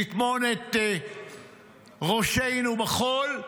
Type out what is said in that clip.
לטמון את ראשינו בחול,